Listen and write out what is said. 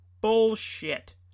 Bullshit